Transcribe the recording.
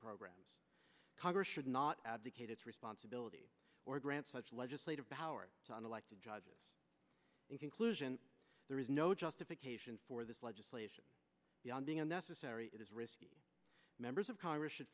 programs congress should not abdicate its responsibility or grant such legislative power to unelected judges in conclusion there is no justification for this legislation being unnecessary it is risky members of congress should